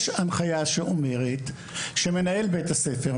יש הנחיה שאומרת שמנהל בית הספר,